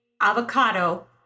Avocado